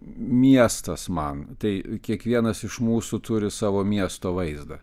miestas man tai kiekvienas iš mūsų turi savo miesto vaizdą